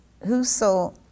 whoso